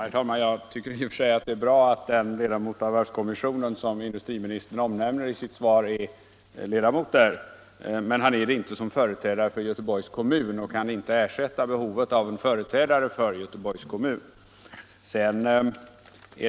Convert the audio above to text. Herr talman! Det är i och för sig bra att den ledamot av varvskommissionen som industriministern omnämner i sitt svar är ledamot där, men han är det inte som företrädare för Göteborgs kommun och kan inte ersätta behovet av en sådan företrädare.